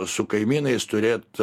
su kaimynais turėt